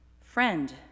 friend